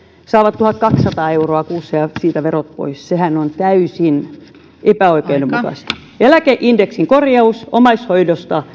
saavat tuhatkaksisataa euroa kuussa ja siitä verot pois sehän on täysin epäoikeudenmukaista eläkeindeksin korjaus omaishoito